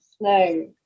No